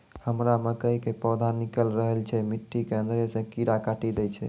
हमरा मकई के पौधा निकैल रहल छै मिट्टी के अंदरे से कीड़ा काटी दै छै?